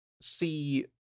see